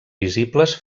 visibles